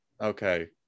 Okay